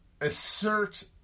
assert